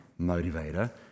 motivator